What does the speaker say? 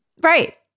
Right